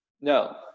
No